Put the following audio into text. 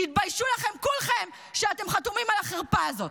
תתביישו לכם, כולכם, שאתם חתומים על החרפה הזאת.